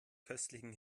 köstlichen